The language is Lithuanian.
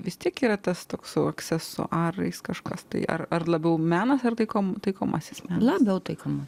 vis tiek yra tas toks su aksesuarais kažkas tai ar ar labiau menas ar taikom taikomasis labiau taikomas